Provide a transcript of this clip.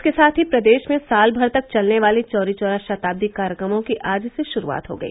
इसके साथ ही प्रदेश में साल भर तक चलने वाले चौरी चौरा शताब्दी कार्यक्रमों की आज से शुरुआत हो गई